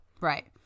Right